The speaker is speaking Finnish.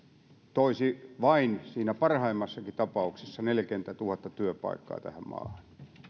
toisi siinä parhaimmassakin tapauksessa vain neljäkymmentätuhatta työpaikkaa tähän maahan